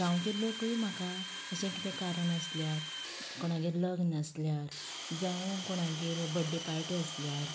गांवचे लोकूय म्हाका अशे कितें कारण आसल्यार कोणागेर लग्न आसल्यार जावं कोणागेर बर्थडे पार्टी आसल्यार